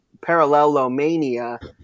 parallelomania